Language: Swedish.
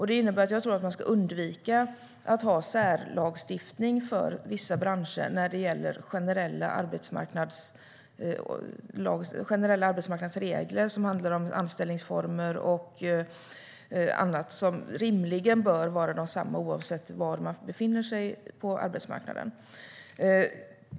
Det innebär att jag tror att vi ska undvika att ha särlagstiftning för vissa branscher när det gäller generella arbetsmarknadsregler som handlar om anställningsformer och annat, som rimligen bör vara desamma oavsett var man befinner sig på arbetsmarknaden.